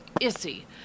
Issy